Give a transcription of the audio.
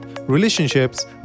relationships